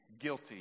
guilty